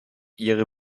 ihre